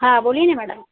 हा बोलिये ना मॅडम